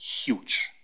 huge